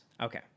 Okay